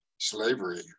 Slavery